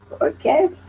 Okay